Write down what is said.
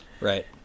Right